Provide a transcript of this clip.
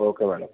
okay madam